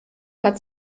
hat